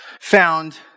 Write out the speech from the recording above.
found